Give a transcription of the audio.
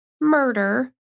murder